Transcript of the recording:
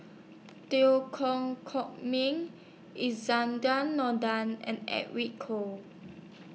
Teo Koh Miang Nordin and Edwin Koek